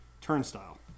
turnstile